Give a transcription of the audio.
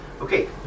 okay